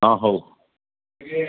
ହଁ ହଉ